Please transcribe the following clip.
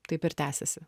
taip ir tęsiasi